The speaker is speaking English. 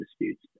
disputes